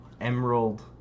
emerald